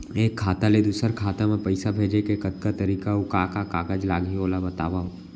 एक खाता ले दूसर खाता मा पइसा भेजे के कतका तरीका अऊ का का कागज लागही ओला बतावव?